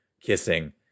kissing